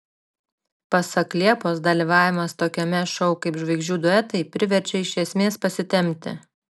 pasak liepos dalyvavimas tokiame šou kaip žvaigždžių duetai priverčia iš esmės pasitempti